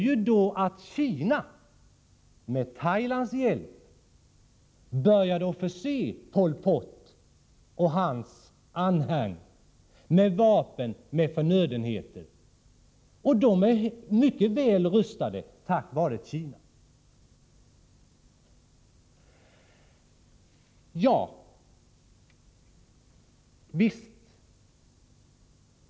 Jo, Kina började med Thailands hjälp att förse Pol Pot och hans anhang med vapen och förnödenheter — de är mycket väl rustade tack vare Kina.